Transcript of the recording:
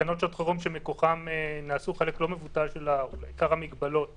תקנות שעות חירום שמכוחן נעשו עיקר המגבלות שהוטלו,